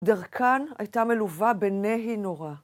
דרכן הייתה מלווה בנהי נורא.